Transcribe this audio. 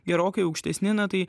gerokai aukštesni tai